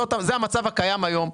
זה המצב הקיים היום.